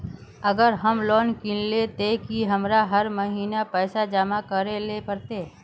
अगर हम लोन किनले ते की हमरा हर महीना पैसा जमा करे ले पड़ते?